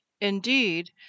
Indeed